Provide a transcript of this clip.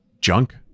junk